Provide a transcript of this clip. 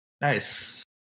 Nice